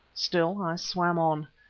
still i swam on.